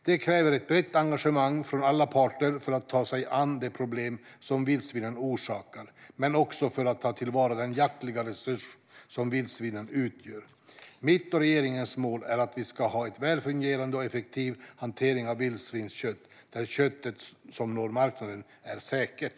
Det krävs ett brett engagemang från alla parter för att ta sig an de problem som vildsvinen orsakar, men också för att ta till vara den jaktliga resurs som vildsvinen utgör. Mitt och regeringens mål är att vi ska ha en välfungerande och effektiv hantering av vildsvinskött, där köttet som når marknaden är säkert.